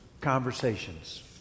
conversations